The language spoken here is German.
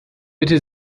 bitte